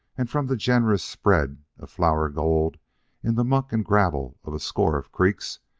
and from the generous spread of flour gold in the muck and gravel of a score of creeks,